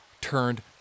turned